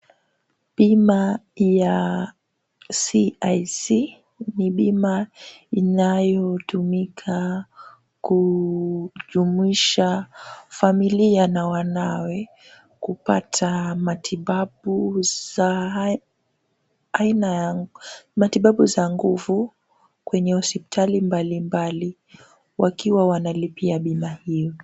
Bima ya CIC, ni bima inayotumika kujumuisha familia na wanawe kupata matibabu za aina, matibabu za nguvu kwenye hospitali mbalimbali wakiwa wanalipia bima hiyo.